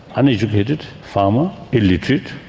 uneducated, farmer, illiterate,